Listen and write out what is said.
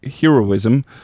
heroism